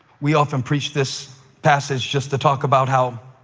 we often preach this passage just to talk about how